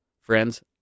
Friends